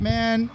Man